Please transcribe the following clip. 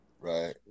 Right